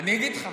אני אגיד לך.